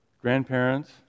grandparents